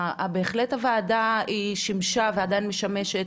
בהחלט הוועדה היא שימשה ועדיין משמשת